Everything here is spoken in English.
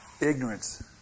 ignorance